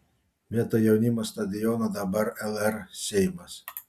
vietoj jaunimo stadiono dabar lr seimas